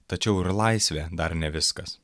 tačiau ir laisvė dar ne viskas